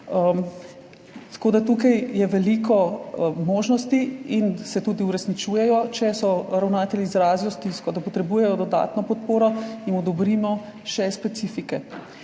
tukaj veliko možnosti in se tudi uresničujejo, če ravnatelji izrazili stisko, da potrebujejo dodatno podporo, jim odobrimo še specifike.